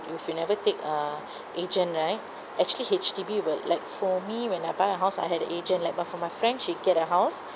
if you never take uh agent right actually H_D_B will like for me when I buy a house I had a agent like but for my friend she get a house